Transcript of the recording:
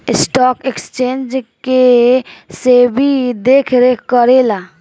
stock exchange के सेबी देखरेख करेला